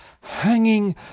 Hanging